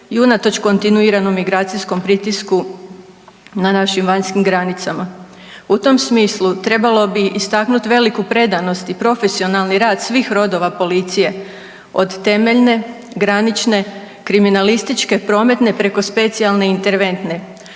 i unatoč kontinuiranom migracijskog pritisku na našim vanjskim granicama. U tom smislu trebalo bi istaknuti veliku predanost i profesionalni rad svih rodova policije od temeljne, granične, kriminalističke, prometne preko specijalne i interventne